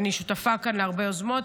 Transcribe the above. אני שותפה כאן להרבה יוזמות,